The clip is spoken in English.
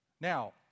Now